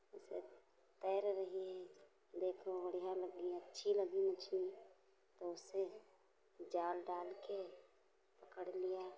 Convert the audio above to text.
वो सब तैर रही है देखो बढ़िया लगी अच्छी लगी मछली तो उससे जाल डाल के पकड़ लिया